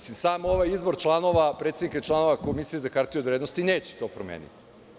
Sam ovaj izbor članova, predsednika i članova Komisije za hartije od vrednosti neće to promeniti.